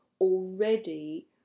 already